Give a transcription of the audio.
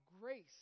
grace